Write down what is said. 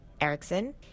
Erickson